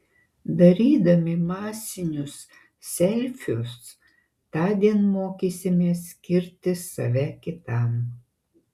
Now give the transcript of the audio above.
darydami masinius selfius tądien mokysimės skirti save kitam